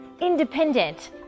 independent